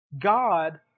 God